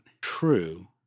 true